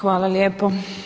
Hvala lijepo.